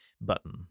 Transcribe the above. button